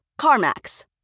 CarMax